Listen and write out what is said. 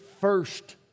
first